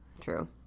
True